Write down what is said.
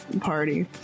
party